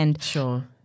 Sure